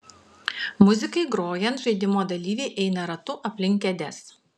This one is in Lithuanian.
muzikai grojant žaidimo dalyviai eina ratu aplink kėdes